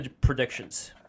predictions